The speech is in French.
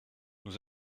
nous